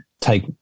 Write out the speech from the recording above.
take